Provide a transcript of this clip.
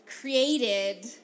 created